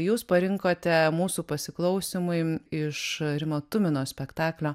jūs parinkote mūsų pasiklausymui iš rimo tumino spektaklio